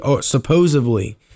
supposedly